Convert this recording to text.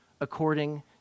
according